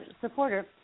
supporter